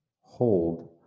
hold